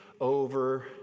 over